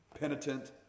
penitent